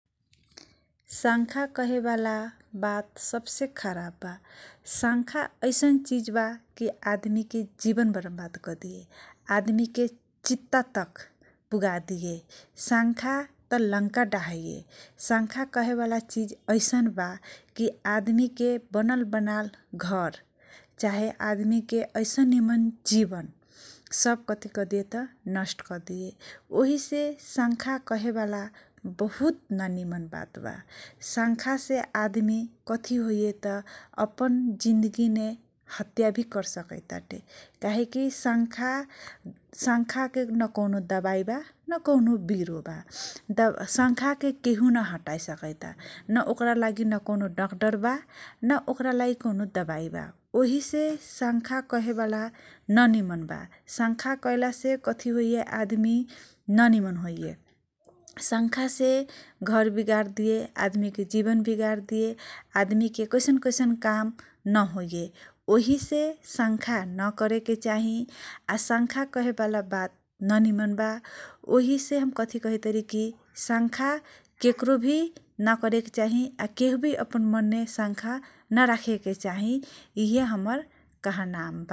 शंका कहेवाला वात सबसे खराब बा । शंखा औसन चिज बा कि आदमीके जिवन बर्बाद करदी । आदमीके चित्ता तक पुर्यादी । शंखा तँ लंका लाहयै । शंखा कहेवाला चीज बा की आदमीके बनलबनाल घर चाहे आदमीके ऐसन निम्न जिवन सब नष्ट कदिये ओहीसे शंखा कहेवाला बहुत नमिन वात्त बा । शंखा से आदमी कथी होइ ये तँ अपद जिन्देगीमे हत्या कर सकैता काहे की शंखा के न कौनो दबाइ बा, न कौनो विरुवा बा । शंखा के केहु न हटाए सकैता । न ओकरालागी न कौनो डक्टर बा न ओकरालागि कौनो दबाइ बा । वहीसे शंखा कहेवाला ननिम्न वा शंखा कऐलासे कथी होइये कि आदमी ननिम्न हाइये । शंखासे घर विगर जाइये । आदमिक जिवन विरजाइये । आदमीके कैसन कैसन काम नहोइये । ओहीसे शखा नकरेके चाही । शंखा कहेवाला वात नमिम्न बा वही से हम कथी कहैसी कि शंखा केकरो भि नकरेके चाही । केहु भी अपन मनमे शंखा नराखेके चाही । यी हमर कहनाम बा ।